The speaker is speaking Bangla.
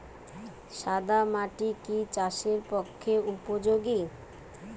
সাদা মাটি কি চাষের পক্ষে উপযোগী?